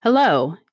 Hello